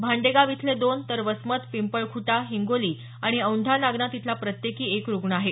भांडेगाव इथले दोन तर वसमत पिंपळखुटा हिंगोली आणि औैंढा नागनाथ इथला प्रत्येकी एक रुग्ण आहे